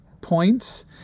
points